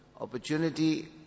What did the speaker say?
Opportunity